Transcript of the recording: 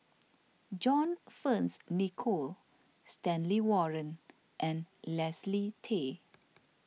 John Fearns Nicoll Stanley Warren and Leslie Tay